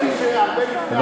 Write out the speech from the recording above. את טועה.